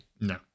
No